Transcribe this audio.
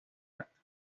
acto